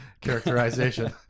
characterization